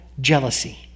jealousy